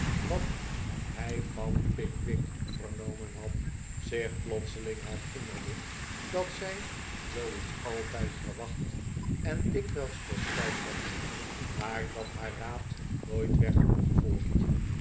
wat hij van pickwick vernomen had zich plotseling herinnerde dat zij zoo iets altijd verwacht en dikwijls voorspeld had maar dat haar raad nooit werd opgevolgd